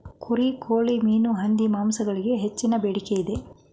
ಕುರಿ, ಕೋಳಿ, ಮೀನು, ಹಂದಿ ಮಾಂಸಗಳಿಗೆ ಹೆಚ್ಚಿನ ಬೇಡಿಕೆ ಇದೆ